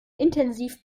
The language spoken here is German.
intensiv